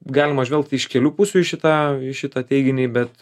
galima žvelgt iš kelių pusių į šitą šitą teiginį bet